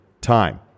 time